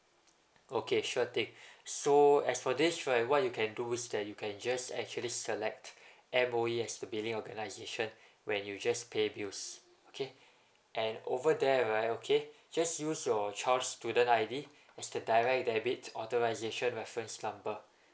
okay sure thing so as for this right what you can do is that you can just actually select M_O_E as your billing organisation when you just pay bills okay and over there right okay just use your child's student I_D as the direct debit authorisation reference number